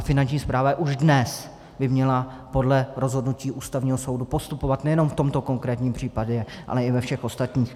Finanční správa by už dnes měla podle rozhodnutí Ústavního soudu postupovat nejenom v tomto konkrétním případě, ale i ve všech ostatních.